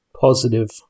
positive